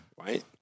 Right